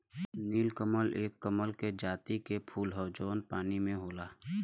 नीलकमल एक कमल के जाति के फूल हौ जौन की पानी में होला